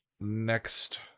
next